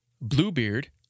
Bluebeard